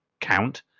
count